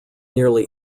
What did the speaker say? nearly